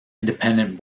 independent